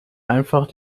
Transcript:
einfach